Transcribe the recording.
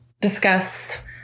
discuss